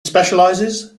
specializes